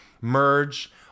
merge